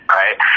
right